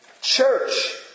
Church